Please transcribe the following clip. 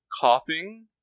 coughing